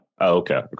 Okay